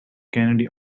kennedy